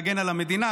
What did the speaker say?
להגן על המדינה,